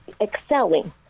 excelling